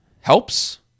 helps